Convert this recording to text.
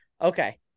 okay